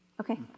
Okay